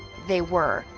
they were.